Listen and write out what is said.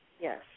Yes